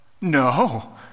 No